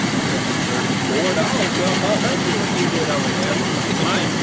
i'm going with thirty four dollars, so ah let's see what you did over there. don't look at mine!